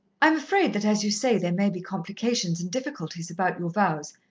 i am afraid that, as you say, there may be complications and difficulties about your vows,